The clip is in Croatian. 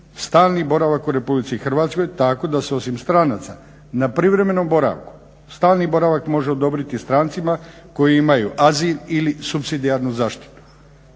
stalni boravak u Republici Hrvatskoj tako da se osim stranaca na privremenom boravku stalni boravak može odobriti strancima koji imaju azil ili supsidijarnu zaštitu.